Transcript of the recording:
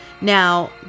Now